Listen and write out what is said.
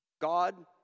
God